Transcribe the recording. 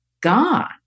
gone